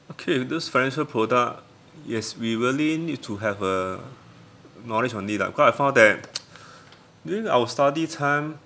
okay this financial product yes we really need to have a knowledge on it lah cause I found that during our study time